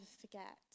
forget